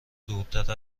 دورتر